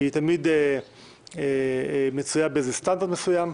היא תמיד מצויה באיזה סטנדרט מסוים,